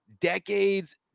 decades